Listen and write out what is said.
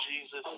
Jesus